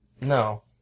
No